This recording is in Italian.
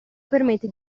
permette